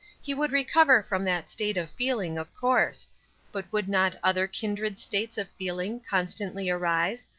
he would recover from that state of feeling, of course but would not other kindred states of feeling constantly arise,